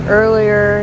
earlier